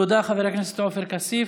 תודה, חבר הכנסת עופר כסיף.